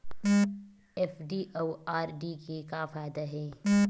FD अउ RD के का फायदा हे?